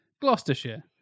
Gloucestershire